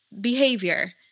behavior